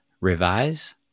revise